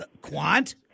quant